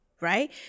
right